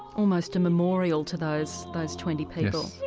almost a memorial to those those twenty people.